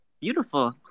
beautiful